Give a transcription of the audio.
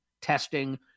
testing